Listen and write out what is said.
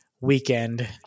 weekend